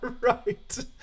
right